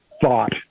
thought